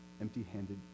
Empty-handed